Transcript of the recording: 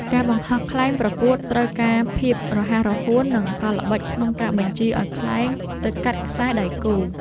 ការបង្ហោះខ្លែងប្រកួតត្រូវការភាពរហ័សរហួន និងកលល្បិចក្នុងការបញ្ជាឱ្យខ្លែងទៅកាត់ខ្សែដៃគូ។